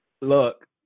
Look